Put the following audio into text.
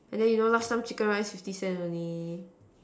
and then you know last time chicken rice fifty cent only